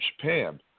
Japan